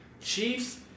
Chiefs